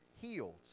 healed